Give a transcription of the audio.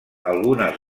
algunes